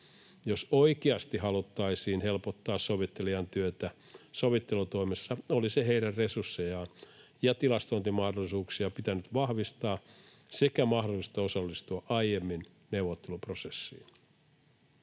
Jos oikeasti haluttaisiin helpottaa sovittelijan työtä sovittelutoimessa, olisi pitänyt vahvistaa heidän resurssejaan ja tilastointimahdollisuuksiaan sekä mahdollisuutta osallistua aiemmin neuvotteluprosessiin.